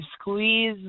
squeeze